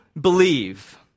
believe